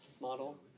model